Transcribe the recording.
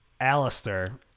Alistair